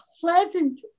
pleasant